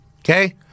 Okay